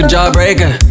Jawbreaker